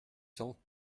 cent